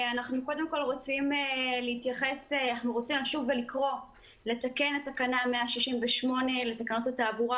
אנחנו קודם כול רוצים לשוב ולקרוא לתקן את תקנה 168 לתקנות התעבורה,